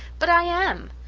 but i am!